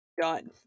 done